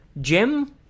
Jim